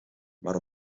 maar